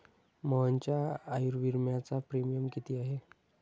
मोहनच्या आयुर्विम्याचा प्रीमियम किती आहे?